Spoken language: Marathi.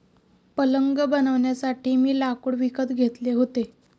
पलंग बनवण्यासाठी मी लाकूड विकत घेतले होते